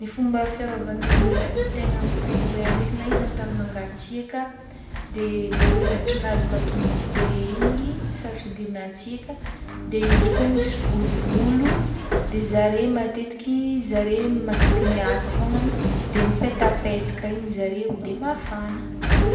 Ny fomba fiarovagn'ny tegnan'ny pinguoin ndraiky na izy an-tany mangatsieka de le hoditrinazy matomboko be igny sarotro idirana hatsieka de izy koa misy volovolo de zare matetiky zare matetiky miaraka fognany de mipetapetaka igny zareo de mafana.